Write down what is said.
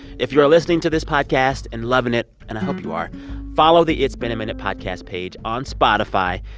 if you are listening to this podcast and loving it and i hope you are follow the it's been a minute podcast page on spotify.